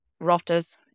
rotters